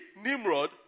Nimrod